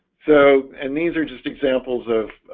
so and these are just examples of